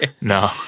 No